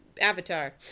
Avatar